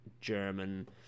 german